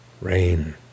rain